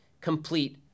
complete